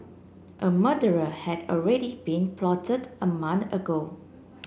a murderer had already been plotted a month ago